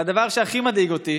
והדבר שהכי מדאיג אותי